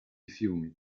fiumi